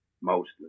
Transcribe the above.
mostly